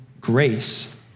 Grace